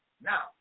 Now